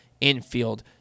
infield